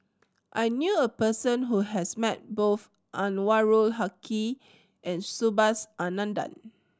I knew a person who has met both Anwarul Haque and Subhas Anandan